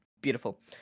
Beautiful